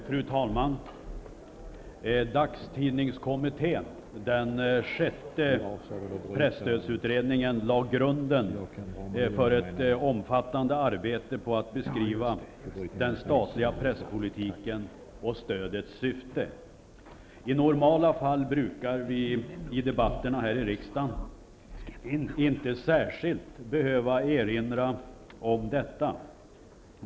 Fru talman! Dagstidningskommittén, den senaste av sex presstödsutredningar, lade ned ett omfattande arbete på att beskriva grunderna för den statliga presspolitiken och stödets syfte. I normala fall brukar vi i debatterna i riksdagen inte särskilt behöva erinra om detta.